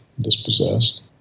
dispossessed